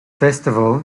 festival